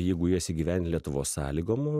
jeigu jas įgyvendin lietuvos sąlygom